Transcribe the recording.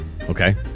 Okay